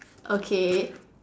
okay